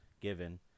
given